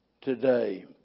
today